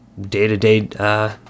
day-to-day